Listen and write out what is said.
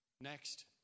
Next